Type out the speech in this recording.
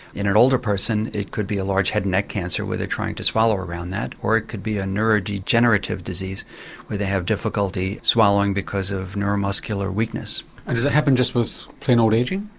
in an older person it could be a large head and neck cancer where they're trying to swallow around that, or it could be a neurodegenerative disease where they have difficulty swallowing because of neuromuscular weakness. and does it happen just with plain old ageing?